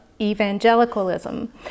evangelicalism